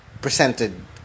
presented